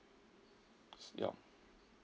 yup